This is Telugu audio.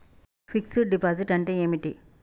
ఫిక్స్ డ్ డిపాజిట్ అంటే ఏమిటి?